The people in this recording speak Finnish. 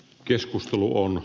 keskustelua